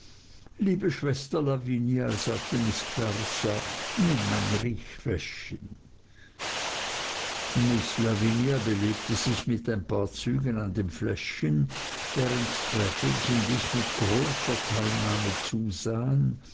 liebe schwester lavinia sagte miß clarissa nimm mein riechfläschchen miß lavinia belebte sich mit ein paar zügen an dem fläschchen während traddles und ich mit großer teilnahme zusahen